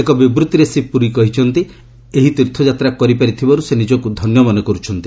ଏକ ବିବୃତ୍ତିରେ ଶ୍ରୀ ପୁରୀ କହିଛନ୍ତି ଏହି ତୀର୍ଥଯାତ୍ରା କରିପାରି ଥିବାରୁ ସେ ନିଜକୁ ଧନ୍ୟ ମନେ କର୍ରଛନ୍ତି